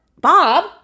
Bob